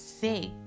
sick